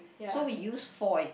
so we use foil